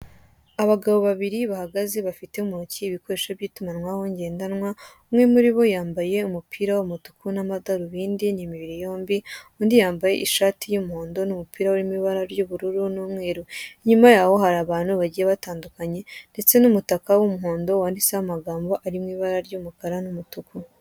Abagabo bahagaze bafite mu ntoki ibikoresho by'itumanwaho ngendanwa, umwe muri bo yambaye umupira w'umutuku n'amadarubindi, ni imibiri yombi, undi yambaye ishati y'umuhondo, n'umupira urimo ibara ry'ubururu n'umweru, inyuma yaho hari abantu bagiye batandukanye, ndetse n'umutaka w'umuhondo wanditse ho amagambo ari mu ibara ry'umukara n'umutuku.